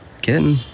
Kitten